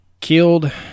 killed